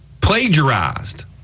plagiarized